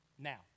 Now